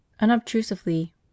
Unobtrusively